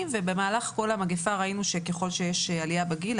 ובמהלך כל המגפה ראינו שככל שיש עלייה בגיל,